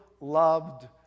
loved